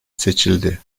seçildi